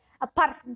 apart